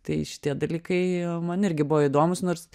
tai šitie dalykai man irgi buvo įdomūs nors